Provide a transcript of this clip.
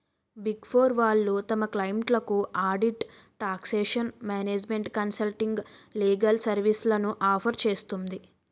big four వాళ్ళు తమ క్లయింట్లకు audit, taxation, management consulting, legal సర్వీస్లను ఆఫర్ చేస్తుంది